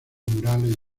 murales